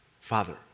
father